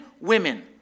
women